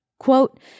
Quote